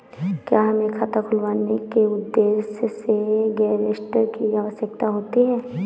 क्या हमें खाता खुलवाने के उद्देश्य से गैरेंटर की आवश्यकता होती है?